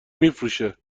میفروشه